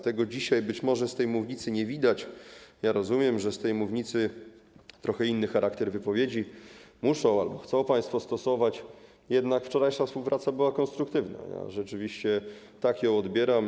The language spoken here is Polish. Tego dzisiaj być może z tej mównicy nie widać, rozumiem, że na tej mównicy trochę inny charakter wypowiedzi muszą albo chcą państwo stosować, jednak wczorajsza współpraca była konstruktywna, rzeczywiście tak ją odbieram.